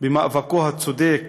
ממאבקו הצודק